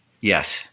yes